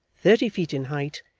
thirty feet in height,